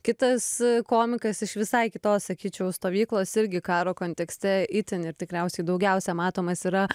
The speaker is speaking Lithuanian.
kitas komikas iš visai kitos sakyčiau stovyklos irgi karo kontekste itin ir tikriausiai daugiausia matomas yra